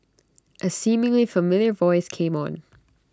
A seemingly familiar voice came on